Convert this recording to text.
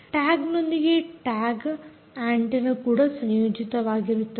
ಟ್ಯಾಗ್ನೊಂದಿಗೆ tag antenna ಕೂಡ ಸಂಯೋಜಿತವಾಗಿರುತ್ತದೆ